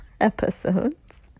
episodes